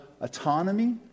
autonomy